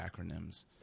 acronyms